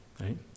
right